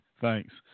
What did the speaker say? Thanks